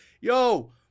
yo